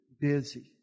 busy